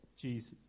Jesus